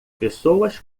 pessoas